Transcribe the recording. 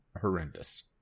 horrendous